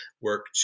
work